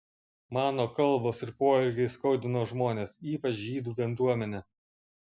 mano kalbos ir poelgiai skaudino žmones ypač žydų bendruomenę